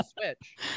Switch